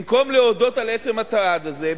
במקום להודות על עצם הצעד הזה,